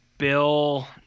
Bill